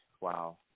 wow